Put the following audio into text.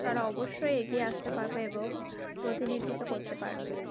তারা অবশ্যই এগিয়ে আসতে পারবে এবং প্রতিনিধিত্ব করতে পারবে